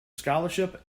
scholarship